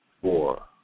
four